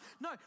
No